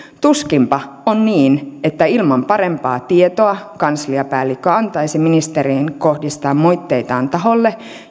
tuskinpa on niin että ilman parempaa tietoa kansliapäällikkö antaisi ministerin kohdistaa moitteitaan taholle